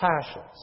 passions